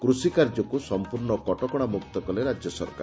କୁଷି କାର୍ଯ୍ୟକୁ ସମ୍ମୂର୍ଣ୍ଣ କଟକଣା ମୁକ୍ତ କଲେ ରାଜ୍ୟସରକାର